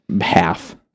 half